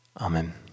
Amen